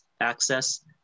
access